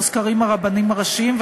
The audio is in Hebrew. מוזכרים הרבנים הראשיים,